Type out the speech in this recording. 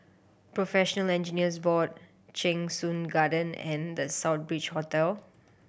Professional Engineers Board Cheng Soon Garden and The Southbridge Hotel